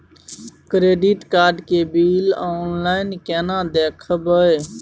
Credit card के bill online केना देखबय?